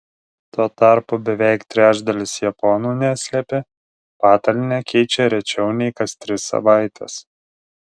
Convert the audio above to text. tuo tarpu beveik trečdalis japonų neslėpė patalynę keičią rečiau nei kas tris savaites